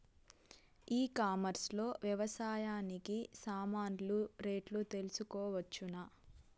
ఈ కామర్స్ లో వ్యవసాయానికి సామాన్లు రేట్లు తెలుసుకోవచ్చునా?